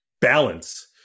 balance